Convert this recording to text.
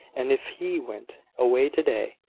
and if he went away to-day,